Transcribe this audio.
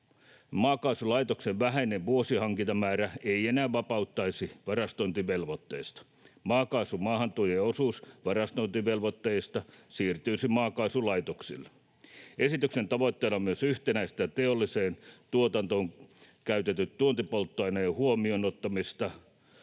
Maakaasulaitoksen vähäinen vuosihankintamäärä ei enää vapauttaisi varastointivelvoitteesta. Maakaasun maahantuojien osuus varastointivelvoitteesta siirtyisi maakaasulaitoksille. Esityksen tavoitteena on myös yhtenäistää teolliseen tuotantoon käytetyn tuontipolttoaineen huomioon ottamista